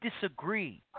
disagree